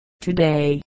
today